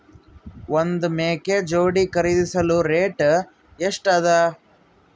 ಒಂದ್ ಮೇಕೆ ಜೋಡಿ ಖರಿದಿಸಲು ರೇಟ್ ಎಷ್ಟ ಅದ?